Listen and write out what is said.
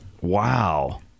Wow